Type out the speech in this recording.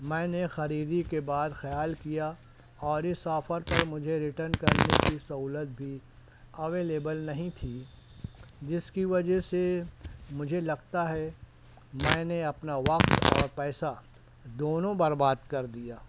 میں نے خریدی کے بعد خیال کیا اور اس آفر پر مجھے ریٹرن کرنے کی سہولت بھی اویلیبل نہیں تھی جس کی وجہ سے مجھے لگتا ہے میں نے اپنا وقت اور پیسہ دونوں برباد کر دیا